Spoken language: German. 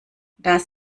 das